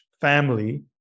family